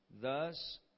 Thus